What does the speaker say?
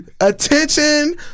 attention